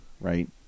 right